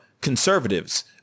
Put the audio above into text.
conservatives